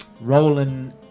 Roland